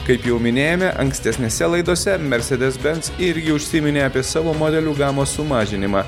kaip jau minėjome ankstesnėse laidose mercedes benz irgi užsiminė apie savo modelių gamos sumažinimą